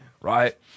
right